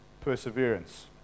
perseverance